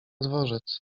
dworzec